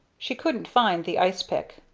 she couldn't find the ice-pick,